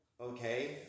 okay